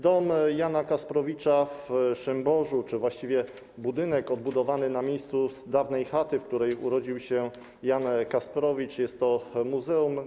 Dom Jana Kasprowicza w Szymborzu czy właściwie budynek odbudowany na miejscu dawnej chaty, w której urodził się Jan Kasprowicz, jest to muzeum.